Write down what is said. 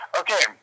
okay